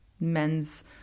men's